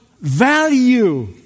value